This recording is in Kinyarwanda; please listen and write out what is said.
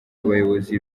abayobozi